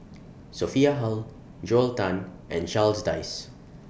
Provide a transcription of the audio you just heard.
Sophia Hull Joel Tan and Charles Dyce